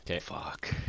Fuck